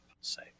say